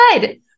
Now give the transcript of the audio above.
good